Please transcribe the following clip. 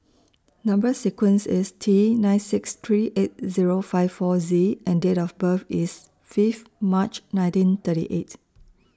Number sequence IS T nine six three eight Zero five four Z and Date of birth IS Fifth March nineteen thirty eight